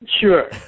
Sure